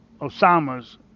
Osama's